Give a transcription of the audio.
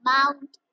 Mount